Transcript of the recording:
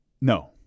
No